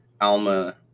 Alma